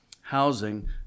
housing